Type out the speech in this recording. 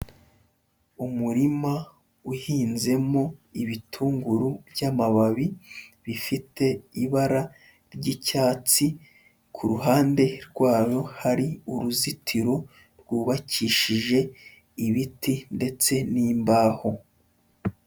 Umurima uhinzemo ibitunguru by'amababi bifite ibara ry'icyatsi, ku ruhande rwaho hari uruzitiro rwubakishije ibiti ndetse n'imbaho.